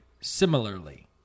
similarly